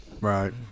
Right